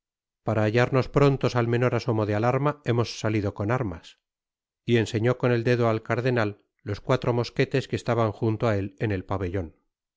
para ha liarnos prontos al menor asomo de alarma hemos salido con armas i y enseñó con el dedo al cardenal los cuatro mosquetes que estaban junto á él en el pabellon